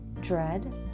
dread